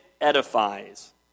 edifies